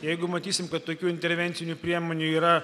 jeigu matysim kad tokių intervencinių priemonių yra